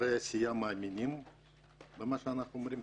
חברי הסיעה מאמינים במה שאנחנו אומרים?